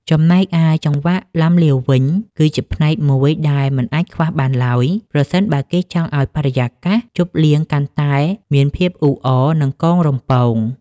ចំណែកឯចង្វាក់ឡាំលាវវិញ គឺជាផ្នែកមួយដែលមិនអាចខ្វះបានឡើយ ប្រសិនបើគេចង់ឱ្យបរិយាកាសជប់លៀងកាន់តែមានភាពអ៊ូអរ និងកងរំពង។